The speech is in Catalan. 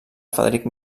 frederic